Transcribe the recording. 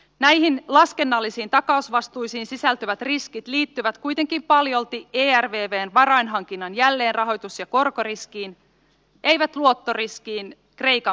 näihin laskennallisiin takausvastuisiin sisältyvät riskit liittyvät kuitenkin paljolti ervvn varainhankinnan jälleenrahoitus ja korkoriskiin eivät luottoriskiin kreikan maksukyvyttömyydestä